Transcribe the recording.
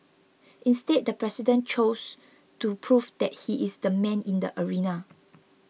instead the president chose to prove that he is the man in the arena